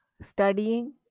studying